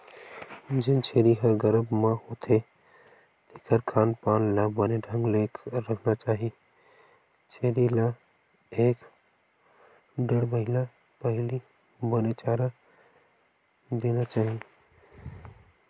जेन छेरी ह गरभ म होथे तेखर खान पान ल बने ढंग ले रखना चाही छेरी ल एक ढ़ेड़ महिना पहिली बने चारा देना चाही